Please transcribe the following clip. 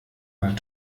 mal